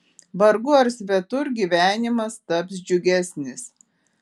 vargu ar svetur gyvenimas taps džiugesnis